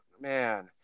Man